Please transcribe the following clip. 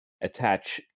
attach